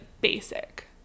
basic